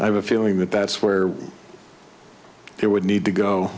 i have a feeling that that's where they would need to go